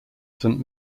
saint